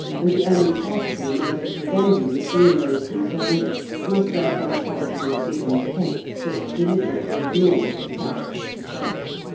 and the only possible modus vivendi between those concerned must rest on a policy of give and take that deliberately ignores the facts of the case.